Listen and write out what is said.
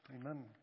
Amen